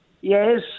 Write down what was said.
Yes